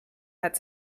hat